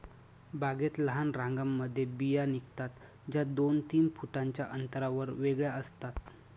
बागेत लहान रांगांमध्ये बिया निघतात, ज्या दोन तीन फुटांच्या अंतरावर वेगळ्या असतात